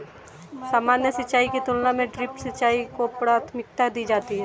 सामान्य सिंचाई की तुलना में ड्रिप सिंचाई को प्राथमिकता दी जाती है